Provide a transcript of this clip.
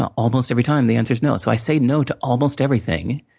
ah almost every time, the answer's no. so, i say no to almost everything,